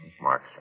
Mark